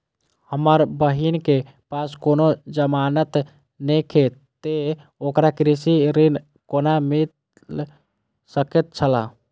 हमर बहिन के पास कोनो जमानत नेखे ते ओकरा कृषि ऋण कोना मिल सकेत छला?